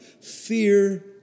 fear